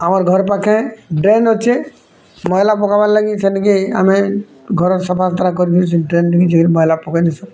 ଆମର୍ ଘର୍ ପାଖେ ଡ୍ରେନ୍ ଅଛି ମଇଲା ପକାବାର୍ ଲାଗି ସେଠିକି ଆମେ ଘର ସଫାସୁତରା କରି କି ସେଇ ଡ୍ରେନ୍ ନିଜେ ମଇଲା ପକାଇ ଦଉସୁଁ